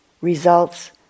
results